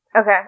Okay